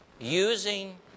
Using